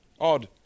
Odd